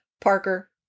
Parker